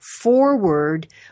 forward